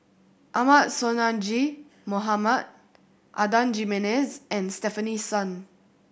Ahmad Sonhadji Mohamad Adan Jimenez and Stefanie Sun